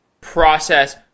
process